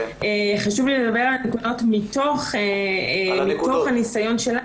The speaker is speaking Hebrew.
חשוב לי לדבר על הנקודות מתוך הניסיון שלנו,